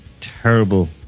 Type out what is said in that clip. terrible